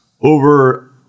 over